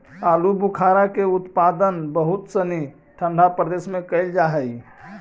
आलूबुखारा के उत्पादन बहुत सनी ठंडा प्रदेश में कैल जा हइ